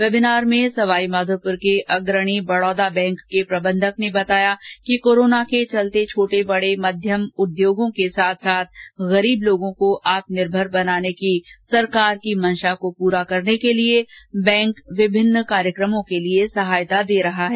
webinar में सवाई माधोपुर के अग्रणी बड़ौदा बैंक के प्रबंधक ने बताया कि कोरोना के चलते छोटे बड़े मध्यम उद्योगों के साथ साथ गरीब लोगों को आत्मनिर्भर बनाने की सरकार की मंशा को पूरा करने के लिए बैंक विभिन्न प्रशिक्षण कार्यक्रमों के लिए सहायता दे रहे हैं